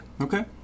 Okay